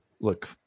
look